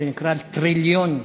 זה נקרא טריליון שקלים.